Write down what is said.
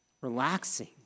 Relaxing